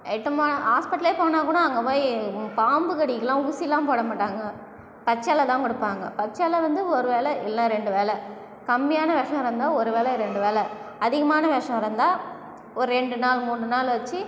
எடுத்துபோனால் ஹாஸ்பிட்டலே போனாங் கூட அங்கே போய் பாம்பு கடிக்கெல்லாம் ஊசியெல்லாம் போடமாட்டாங்க பச்சலைத்தான் கொடுப்பாங்க பச்சலை வந்து ஒருவேளை இல்லை ரெண்டுவேளை கம்மியான விஷம் இருந்தால் ஒருவேளை ரெண்டுவேளை தான் அதிகமான விஷம் இருந்த ஒரு ரெண்டு நாள் மூணு நாள் வச்சு